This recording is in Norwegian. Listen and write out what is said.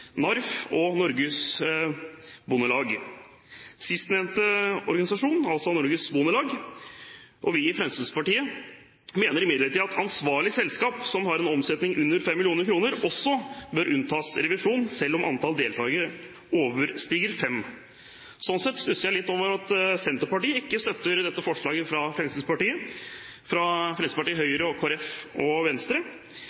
NARF – og Norges Bondelag. Sistnevnte organisasjon, Norges Bondelag, og vi i Fremskrittspartiet mener imidlertid at ansvarlig selskap som har under 5 mill. kr i omsetning, også bør unntas fra revisjon, selv om antall deltagere overstiger fem. Slik sett stusser jeg litt over at Senterpartiet ikke støtter forslaget fra Fremskrittspartiet,